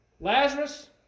Lazarus